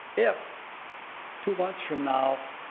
if two months from now